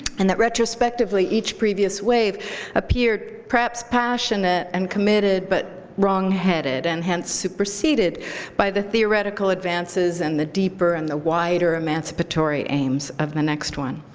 and that retrospectively each previous wave appeared perhaps passionate and committed, but wrongheaded and hence superseded by the theoretical advances and the deeper and the wider emancipatory aims of the next one.